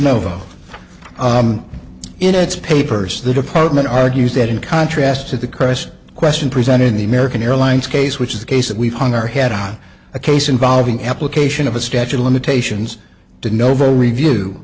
go in its papers the department argues that in contrast to the crest question presented in the american airlines case which is the case that we've hung our head on a case involving application of a statute of limitations to novo review